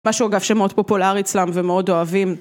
משהו אגב שמאוד פופולר אצלם ומאוד אוהבים.